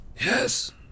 Yes